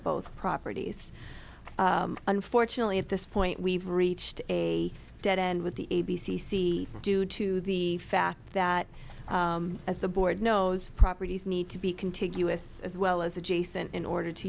both properties unfortunately at this point we've reached a dead end with the a b c see due to the fact that as the board knows properties need to be contiguous as well as adjacent in order to